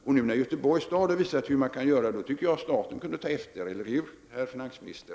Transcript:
Och nu när Göteborgs stad har visat att detta är möjligt, då tycker jag att staten kunde ta efter, eller hur, herr finansminister?